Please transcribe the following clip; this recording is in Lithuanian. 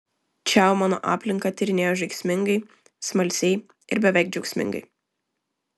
čiau mano aplinką tyrinėjo žaismingai smalsiai ir beveik džiaugsmingai